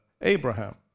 Abraham